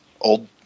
old